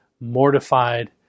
mortified